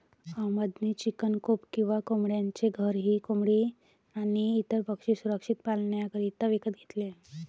अहमद ने chicken coop किंवा कोंबड्यांचे घर ही कोंबडी आणी इतर पक्षी सुरक्षित पाल्ण्याकरिता विकत घेतले